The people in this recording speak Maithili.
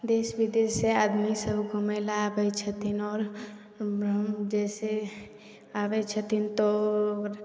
देश बिदेश सऽ आदमी सब घुमय लए आबै छथिन आओर ओहिमे जे हइ से आबै छथिन तऽ आओर